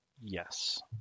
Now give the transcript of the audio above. Yes